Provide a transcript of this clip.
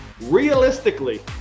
Realistically